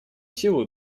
силу